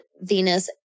venus